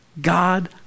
God